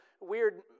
weird